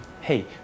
hey